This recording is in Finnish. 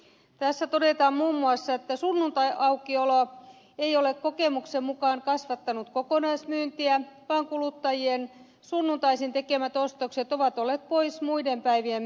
tässä todetaan muun muassa että sunnuntaiaukiolo ei ole kokemuksen mukaan kasvattanut kokonaismyyntiä vaan kuluttajien sunnuntaisin tekemät ostokset ovat olleet pois muiden päivien myynnistä